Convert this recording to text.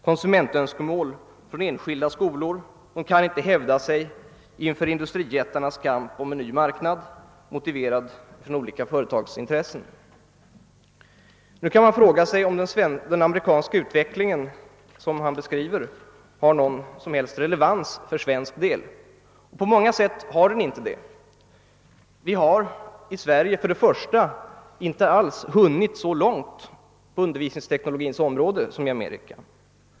Konsumentönskemål från enskilda skolor kan inte hävda sig inför industrijättarnas kamp om en ny marknad motiverad från olika företagsintressen. Nu kan man fråga sig om den amerikanska utvecklingen, som han beskriver, har någon som helst relevans för svensk del. På många sätt har den inte det. Vi har i Sverige för det första inte alls hunnit så långt på undervisningsteknologins område som i Amerika.